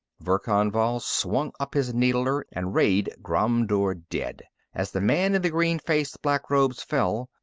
verkan vall swung up his needler and rayed ghromdur dead as the man in the green-faced black robes fell,